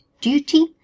duty